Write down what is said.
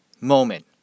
moment